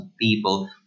people